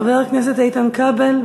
חבר הכנסת איתן כבל,